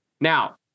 now